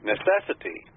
Necessity